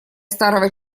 старого